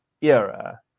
era